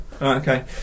Okay